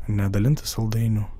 nedalinti saldainių